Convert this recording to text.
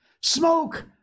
Smoke